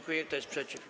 Kto jest przeciw?